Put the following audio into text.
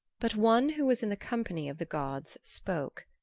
but one who was in the company of the gods spoke.